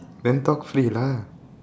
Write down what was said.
then talk free lah